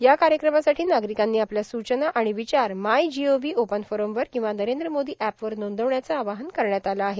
या कायक्रमासाठां नार्गारकांनी आपल्या सूचना आण विचार my G O V open फोरमवर किंवा नरद्र मोदो अॅप वर र्नांदवण्याचं आवाहन करण्यात आलं आहे